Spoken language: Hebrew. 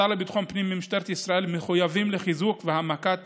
השר לביטחון פנים ומשטרת ישראל מחויבים לחיזוק והעמקת